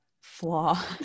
flaw